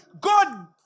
God